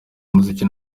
umuziki